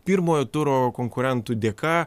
pirmojo turo konkurentų dėka